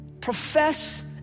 profess